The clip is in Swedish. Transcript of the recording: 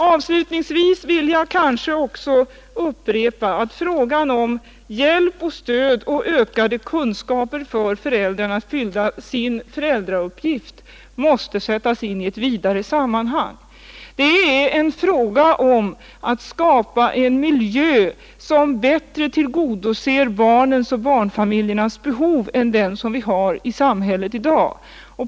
Avslutningsvis vill jag också upprepa att frågan om hjälp och stöd och ökade kunskaper för föräldrarna i deras föräldrauppgift måste sättas in i ett vidare sammanhang. Det rör sig här om att skapa en miljö som bättre tillgodoser barnens och barnfamiljernas behov än den som vi har i samhället i dag.